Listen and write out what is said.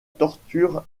torture